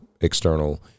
external